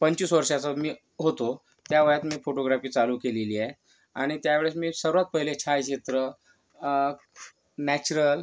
पंचवीस वर्षाचा मी होतो त्या वयात मी फोटोग्रापी चालू केलेली आहे आणि त्यावेळेस मी सर्वात पहिले छायाचित्र नॅचरल